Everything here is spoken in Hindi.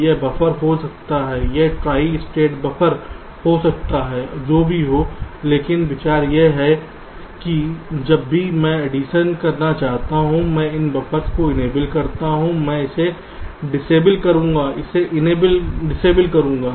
यह बफ़र हो सकता है यह ट्राई स्टेट बफ़र हो सकता है जो भी हो लेकिन विचार यह है कि जब भी मैं एडिशन करना चाहता हूं मैं इन बफ़र्स को इनेबल करूंगा मैं इसे डिसएबल करूंगा इन्हें डिसएबल करूंगा